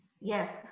Yes